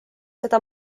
seda